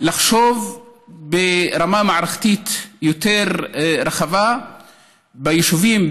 לחשוב ברמה מערכתית יותר רחבה ביישובים,